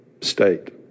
state